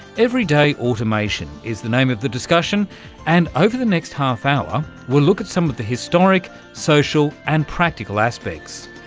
everyday automation automation is the name of the discussion and over the next half hour we'll look at some of the historic, social and practical aspects.